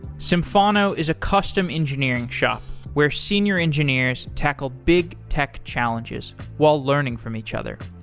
symphono is a custom engineering shop where senior engineers tackle big tech challenges while learning from each other.